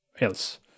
else